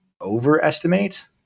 overestimate